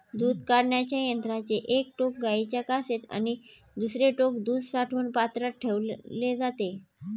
दूध काढण्याच्या यंत्राचे एक टोक गाईच्या कासेत आणि दुसरे टोक दूध साठवण पात्रात ठेवले जाते